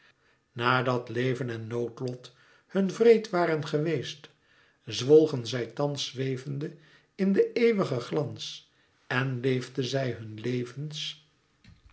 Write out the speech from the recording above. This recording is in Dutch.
nadat leven en noodlot hun wreed waren geweest zwolgen zij thàns zwevende in den eeuwigen glans en leefden zij hun levens